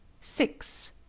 six.